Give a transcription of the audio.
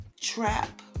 trap